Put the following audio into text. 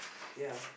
ya